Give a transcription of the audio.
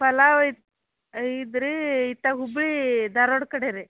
ಪಲಾವ್ ಇದ್ ರೀ ಇತ್ತ ಹುಬ್ಬಳ್ಳಿ ಧಾರ್ವಾಡ ಕಡೆ ರೀ